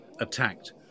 attacked